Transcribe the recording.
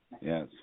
Yes